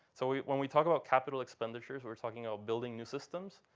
so when we talk about capital expenditures, we're talking about building new systems,